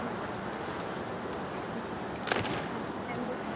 മ് മ് ആ എന്തൊക്കെയാണ്